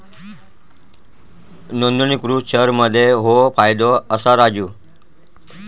नोंदणीकृत शेअर मध्ये ह्यो फायदो असा राजू